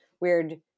weird